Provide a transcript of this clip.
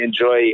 enjoy